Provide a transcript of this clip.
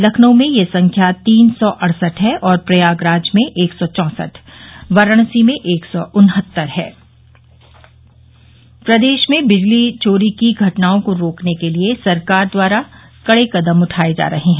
लखनऊ में यह संख्या तीन सौ अड़सठ है और प्रयागराज में एक सौ चौंसठ वाराणसी में एक सौ उनहत्तर है प्रदेश में बिजली चोरी की घटनाओं को रोकने के लिये सरकार द्वारा कड़े कदम उठाये जा रहे हैं